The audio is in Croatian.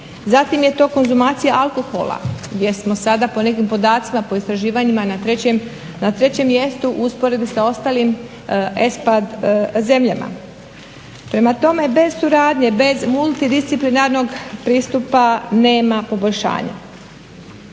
Zatim je to konzumacija alkohola, gdje smo sada po nekim podacima, po istraživanjima na 3 mjestu u usporedbu sa ostalim ESPAD zemljama. Prema tome, bez suradnje, bez multidisciplinarnog pristupa nema poboljšanja.